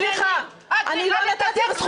את --- סליחה, אני לא נתתי לך זכות.